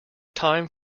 time